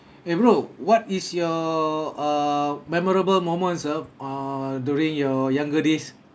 eh bro what is your err memorable moments ah err during your younger days